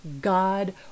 God